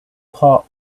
part